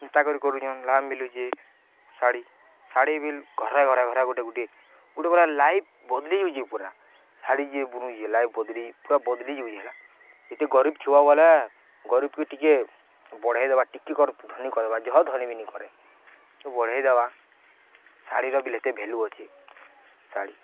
ଚତା କରି କରୁଛନ୍ ଲାମ୍ ମିଲୁଛି ଶାଢ଼ୀ ଶାଢ଼ୀ ବିଲ୍ ଘରେ ଘରେ ଘରେ ଗୋଟେ ଗୁଟେ ଗୁଟେ ଲାଇଫ୍ ବଦଲିଯାଉଛେ ପୁରା ଶାଢ଼ୀ ଯି ବୁନୁଛେ ଲାଇଫ୍ ବଦଲିଛି ପୁରା ବଦଲିଯାଉଛି ହେଲା ଯେତେ ଗରିବ ଥିବ ବୋଲେ ଗରିବକେ ଟିକେ ବଢ଼େଇ ଦେବା ଟିକେ ଧନୀ କରିଦବା ଯଅ ଧନୀ ବିି ନକରେ ବଢ଼େଇଦବା ଶାଢ଼ୀର ବିଲ୍ ଏତେ ଭେଲ୍ୟୁ ଅଛି ଶାଢ଼ୀ